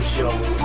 Show